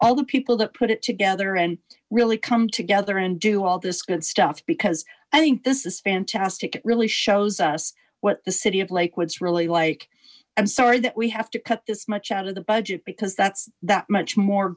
all the people that put it together and really come together and do all this good stuff because i think this is fantastic it really shows us what the city of lakewood is really like i'm sorry that we have to cut this much out of the budget because that's that much more